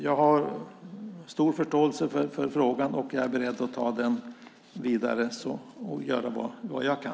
Jag har stor förståelse för frågan, och jag är beredd att föra den vidare och göra vad jag kan.